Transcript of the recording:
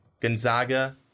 Gonzaga